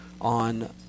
on